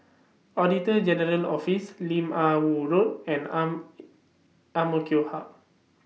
Auditor General's Office Lim Ah Woo Road and Ang Ang Mo Kio Hub